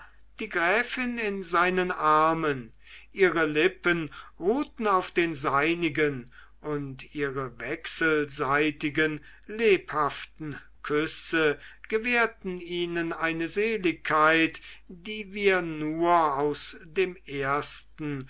die gräfin in seinen armen ihre lippen ruhten auf den seinigen und ihre wechselseitigen lebhaften küsse gewährten ihnen eine seligkeit die wir nur aus dem ersten